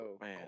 man